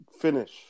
finish